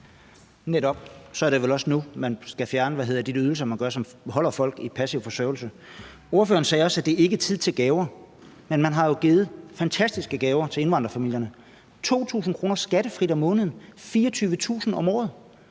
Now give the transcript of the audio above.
Netop. Så er det vel også nu, at man skal fjerne de ydelser, som holder folk i passiv forsørgelse. Ordføreren sagde også, at det ikke er tid til gaver, men man har jo givet fantastiske gaver til indvandrerfamilierne – 2.000 kr. skattefrit om måneden, 24.000 kr. om året.